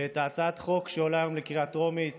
את הצעת החוק שעולה היום בקריאה טרומית